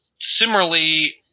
similarly